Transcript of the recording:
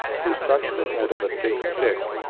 who sucked the head of a thick stick,